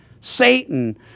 Satan